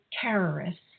terrorists